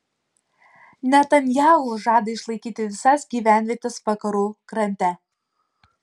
netanyahu žada išlaikyti visas gyvenvietes vakarų krante